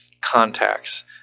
contacts